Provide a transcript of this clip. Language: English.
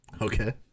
okay